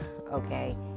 okay